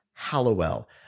Hallowell